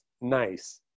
nice